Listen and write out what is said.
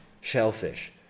shellfish